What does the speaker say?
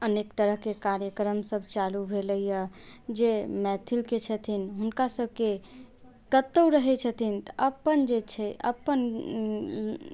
अनेक तरहके कार्यक्रम सब चालू भेलैए जे मैथिलीके छथिन हुनका सबके कतौ रहै छथिन तऽ अपन जे छै अपन